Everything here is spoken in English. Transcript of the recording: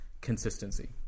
consistency